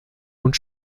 und